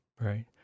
Right